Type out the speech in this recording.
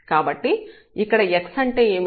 కాబట్టి ఇక్కడ x అంటే ఏమిటి